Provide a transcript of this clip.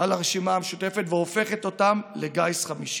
על הרשימה המשותפת והופכת אותם לגיס חמישי: